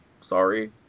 Sorry